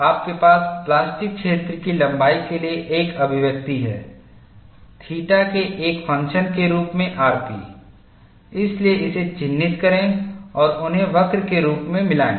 आपके पास प्लास्टिक क्षेत्र की लंबाई के लिए एक अभिव्यक्ति है थीटा के एक फंक्शन के रूप में rp इसलिए इसे चिह्नित करें और उन्हें वक्र के रूप में मिलाएं